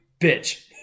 bitch